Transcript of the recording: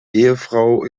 ehefrau